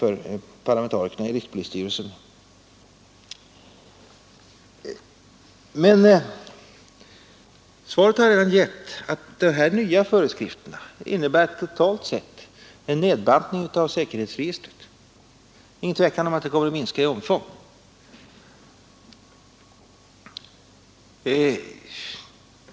Jag har redan gett svaret att det inte är någon tvekan om att de nya föreskrifterna totalt sett innebär en nedbantning av säkerhetsregistret.